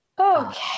Okay